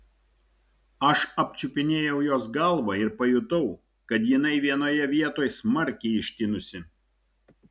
aš apčiupinėjau jos galvą ir pajutau kad jinai vienoje vietoj smarkiai ištinusi